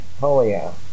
polio